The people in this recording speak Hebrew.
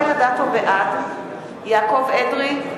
בעד יעקב אדרי,